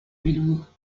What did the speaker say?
peludo